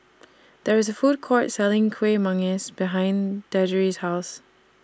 There IS A Food Court Selling Kuih Manggis behind Deirdre's House